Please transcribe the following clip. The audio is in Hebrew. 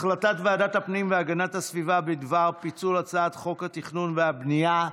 ההצעה להעביר את הצעת חוק העונשין (תיקון,